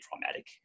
traumatic